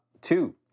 Two